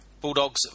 bulldogs